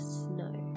snow